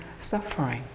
suffering